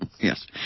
Yes